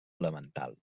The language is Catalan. elemental